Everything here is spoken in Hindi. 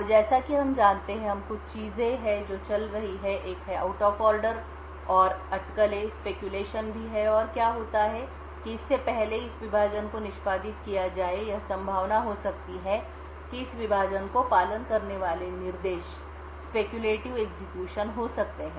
अब जैसा कि हम जानते हैं कि कुछ चीजें हैं जो चल रही हैं एक है आउट ऑफ ऑर्डर और अटकलेंस्पैक्यूलेशन भी हैं और क्या होता है कि इससे पहले कि इस विभाजन को निष्पादित किया जाए यह संभावना हो सकती है कि इस विभाजन का पालन करने वाले निर्देश सट्टास्पेक्युलेटिव एग्जीक्यूशन हो सकते हैं